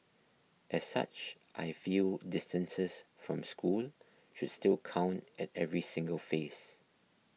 as such I feel distances from school should still count at every single phase